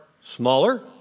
smaller